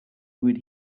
would